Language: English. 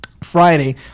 Friday